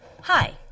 Hi